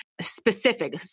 specific